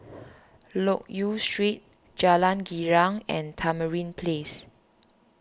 Loke Yew Street Jalan Girang and Tamarind Place